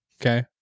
okay